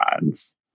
gods